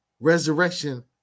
Resurrection